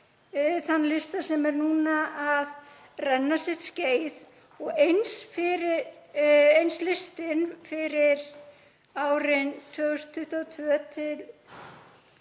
þann lista sem er núna að renna sitt skeið og eins listinn fyrir árin 2022–2023,